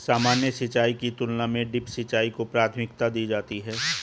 सामान्य सिंचाई की तुलना में ड्रिप सिंचाई को प्राथमिकता दी जाती है